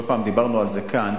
אתם יודעים שלא פעם דיברנו על זה כאן,